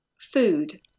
food